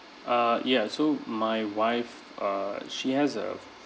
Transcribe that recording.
uh ya so my wife err she has a